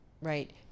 Right